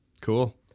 Cool